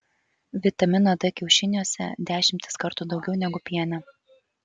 vitamino d kiaušiniuose dešimtis kartų daugiau negu piene